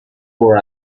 for